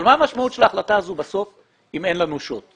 אבל מה המשמעות של ההחלטה בסוף אם אין לנו שוט?